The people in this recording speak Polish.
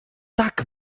tak